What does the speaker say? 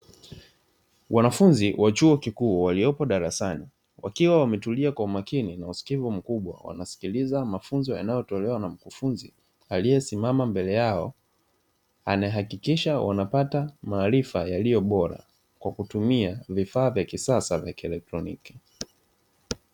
wanafunzi wa chuo kikuu walipo darasani wakiwa wametulia kwa umakini na usikivu mkubwa wanasikiliza mafunzo yanayotolewa na mkufunzi aliyesimama mbele yao, anayehakikisha wanapata maarifa yaliyo bora kwa kutumia vifaa vya kisasa vya kielekitoniki.